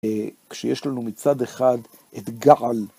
כשיש לנו מצד אחד את געל.